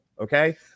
okay